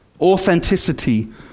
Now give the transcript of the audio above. authenticity